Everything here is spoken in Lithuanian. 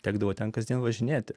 tekdavo ten kasdien važinėti